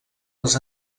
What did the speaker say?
les